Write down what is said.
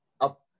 up